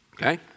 Okay